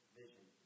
vision